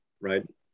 right